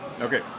Okay